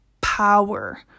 power